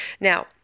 Now